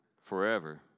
Forever